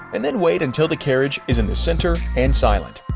and then wait until the carriage is in the center and silent.